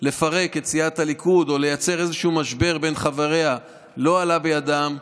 לפרק את סיעת הליכוד או לייצר איזה משבר בין חבריה לא עלה בידם.